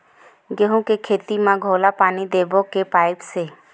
गेहूं के खेती म घोला पानी देबो के पाइप से?